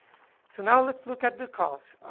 so, now let's look at the costs.